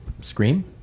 Scream